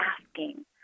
asking